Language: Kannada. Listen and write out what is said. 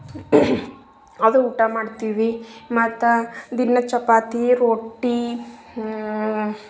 ಅದು ಊಟ ಮಾಡ್ತೀವಿ ಮತ್ತು ದಿನ ಚಪಾತಿ ರೊಟ್ಟಿ